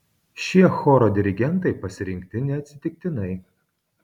šie choro dirigentai pasirinkti neatsitiktinai